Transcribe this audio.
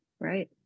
right